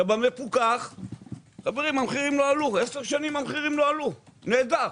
במפוקח 10 שנים המחירים לא עלו, נהדר.